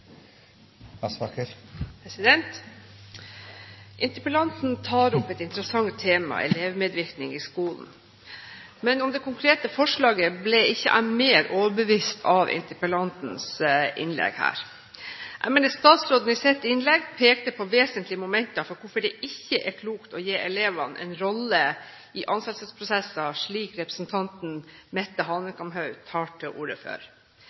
Interpellanten tar opp et interessant tema, elevmedvirkning i skolen, men når det gjelder det konkrete forslaget, ble ikke jeg mer overbevist av interpellantens innlegg her. Statsråden pekte i sitt innlegg på vesentlige momenter for hvorfor det ikke er klokt å gi elevene en rolle i ansettelsesprosesser, slik representanten Hanekamhaug tar til orde